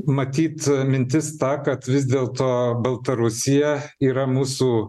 matyt mintis ta kad vis dėlto baltarusija yra mūsų